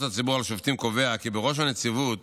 הציבור על שופטים קובע כי בראש הנציבות